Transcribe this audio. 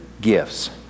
gifts